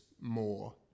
more